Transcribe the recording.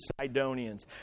Sidonians